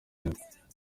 inda